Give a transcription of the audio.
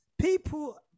people